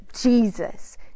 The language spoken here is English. Jesus